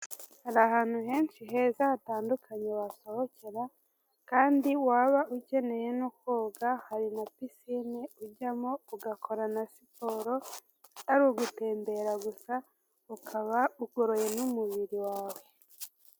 Hari ahantu henshi heza hatandukanye wasohokera, kandi waba ukeneye no koga, hari na pisine ujyamo ugakora na siporo, ari ugutembera gusa, ukaba ugoroye n'umubiri wawe.